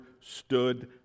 stood